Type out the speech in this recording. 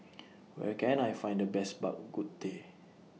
Where Can I Find The Best Bak Kut Teh